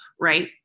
right